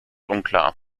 unklar